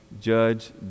judge